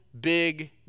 big